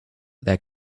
their